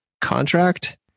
contract